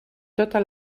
tota